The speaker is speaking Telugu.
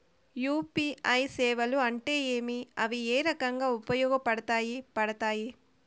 యు.పి.ఐ సేవలు అంటే ఏమి, అవి ఏ రకంగా ఉపయోగపడతాయి పడతాయి?